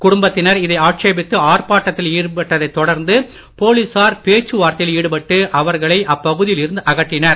குடும்பத்தினர் இதை ஆட்சேபித்து ஆர்ப்பாட்டத்தில் ஈடுபட்டதைத் தொடர்ந்து போலீசார் பேச்சுவார்த்தையில் ஈடுபட்டு அவர்களை அப்பகுதியில் இருந்து அகற்றினர்